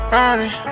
running